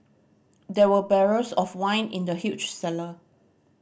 there were barrels of wine in the huge cellar